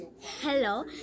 hello